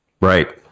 right